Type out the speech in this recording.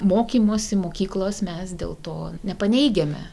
mokymosi mokyklos mes dėl to nepaneigiame